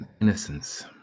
innocence